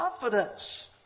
confidence